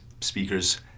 speakers